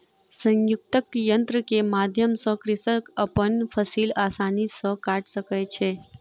संयुक्तक यन्त्र के माध्यम सॅ कृषक अपन फसिल आसानी सॅ काइट सकै छै